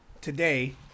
Today